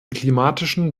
klimatischen